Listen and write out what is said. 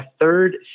third